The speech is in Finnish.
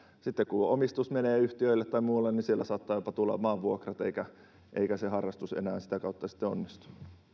sitten kun omistus menee yhtiöille tai muualle niin siellä saattaa jopa tulla maanvuokrat eikä eikä se harrastus enää sitä kautta sitten onnistu